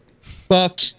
Fuck